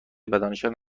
بدنشان